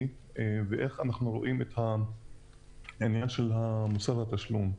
ואיך אנחנו רואים את העניין של מוסר התשלומים.